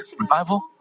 revival